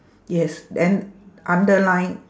yes then underline